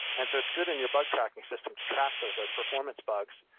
and so it's good in your bug-tracking system to track those as performance bugs.